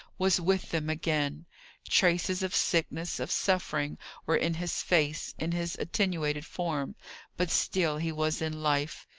was with them again traces of sickness, of suffering were in his face, in his attenuated form but still he was in life.